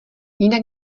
jinak